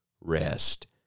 rest